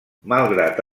malgrat